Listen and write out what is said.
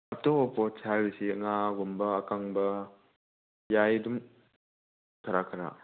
ꯑꯇꯣꯞꯄ ꯄꯣꯠ ꯍꯥꯏꯕꯁꯤ ꯉꯥꯒꯨꯝꯕ ꯑꯀꯪꯕ ꯌꯥꯏ ꯑꯗꯨꯝ ꯈꯔ ꯈꯔ